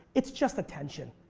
it's just attention.